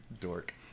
dork